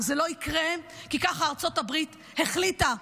זה לא יקרה כי ככה ארצות הברית החליטה,